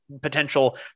potential